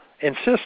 insist